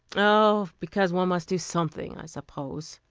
oh, because one must do something, i suppose.